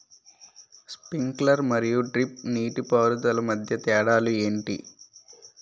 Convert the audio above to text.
Sprinkler మరియు drip నీటిపారుదల మధ్య తేడాలు ఏంటి?